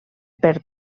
per